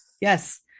yes